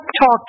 talk